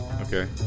Okay